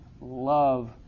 Love